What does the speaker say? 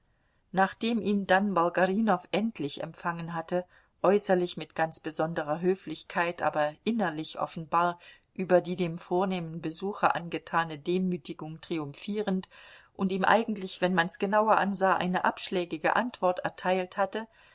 nachdem ihn dann bolgarinow endlich empfangen hatte äußerlich mit ganz besonderer höflichkeit aber innerlich offenbar über die dem vornehmen besucher angetane demütigung triumphierend und ihm eigentlich wenn man's genauer ansah eine abschlägige antwort erteilt hatte